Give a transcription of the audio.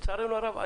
לצערנו הרב,